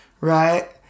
right